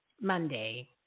Monday